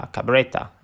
Cabretta